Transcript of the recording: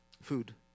Food